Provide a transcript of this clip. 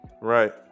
Right